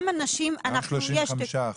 מעל 35 אחוזים.